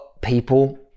people